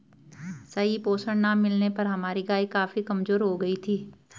सही पोषण ना मिलने पर हमारी गाय काफी कमजोर हो गयी थी